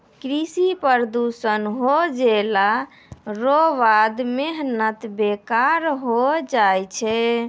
कृषि प्रदूषण हो जैला रो बाद मेहनत बेकार होय जाय छै